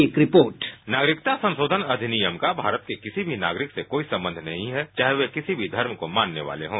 एक report sound bite नागरिकता संशोधन अधिनियम का भारत के किसी भी नागरिक से कोई संबंध नहीं है चाहे वे किसी भी धर्म को मानने वाले हों